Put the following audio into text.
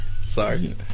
Sorry